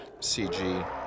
CG